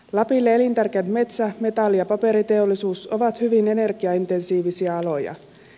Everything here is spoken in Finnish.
lapille elintärkeät metsä metalli ja paperiteollisuus ovat hyvin energiaintensiivisiä aloja